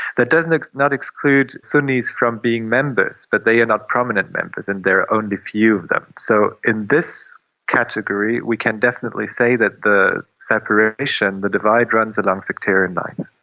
that does not exclude sunnis from being members, but they are not prominent members and there are only few of them. so in this category we can definitely say that the separation the divide runs along sectarian lines.